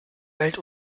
welt